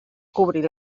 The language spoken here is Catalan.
cobrir